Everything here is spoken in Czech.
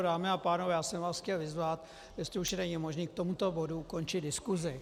Dámy a pánové, já jsem vás chtěl vyzvat, jestli už není možné k tomuto bodu ukončit diskusi.